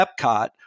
Epcot